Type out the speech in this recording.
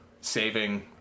Saving